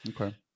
okay